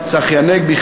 צחי הנגבי,